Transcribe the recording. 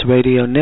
Radio